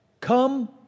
Come